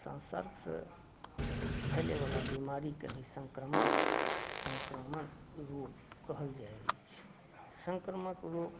संसर्गसँ फैलयवला बीमारीके ही संक्रमण संक्रमण रोग कहल जाइ छै संक्रामक रोग